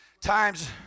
times